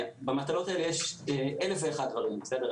במטלות האלה יש אלף ואחד דברים, בסדר?